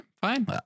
fine